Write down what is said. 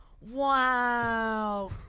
Wow